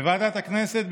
בוועדת הכנסת,